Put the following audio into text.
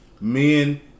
Men